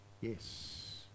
yes